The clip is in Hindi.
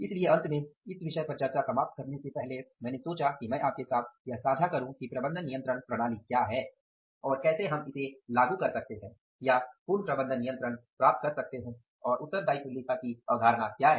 इसलिए अंत में इस विषय पर चर्चा समाप्त करने से पहले मैंने सोचा कि मैं आपके साथ साझा करूँ कि प्रबंधन नियंत्रण प्रणाली क्या है और कैसे हम इसे लागू कर सकते हैं या पूर्ण प्रबंधन नियंत्रण प्राप्त कर सकते हैं और उत्तरदायित्व लेखा की अवधारणा क्या है